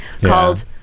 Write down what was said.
called